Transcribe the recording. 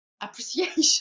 appreciation